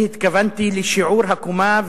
אני התכוונתי לשיעור הקומה,